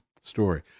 story